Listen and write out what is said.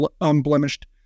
unblemished